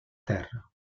terra